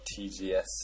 TGS